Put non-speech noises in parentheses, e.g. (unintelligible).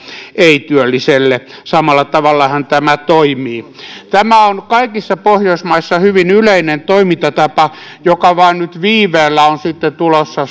ei työlliselle samalla tavallahan tämä toimii tämä on kaikissa pohjoismaissa hyvin yleinen toimintatapa joka vain nyt viiveellä on sitten tulossa (unintelligible)